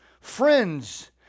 friends